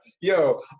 Yo